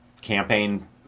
campaign